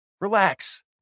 Relax